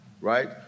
right